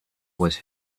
was